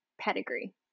pedigree